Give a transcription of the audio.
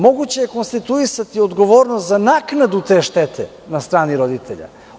Moguće je konstituisati odgovornost za naknadu te štete na strani roditelja.